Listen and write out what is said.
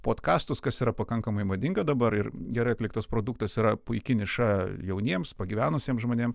podkastus kas yra pakankamai madinga dabar ir gerai atliktas produktas yra puiki niša jauniems pagyvenusiems žmonėm